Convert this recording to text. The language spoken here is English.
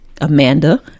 Amanda